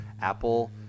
Apple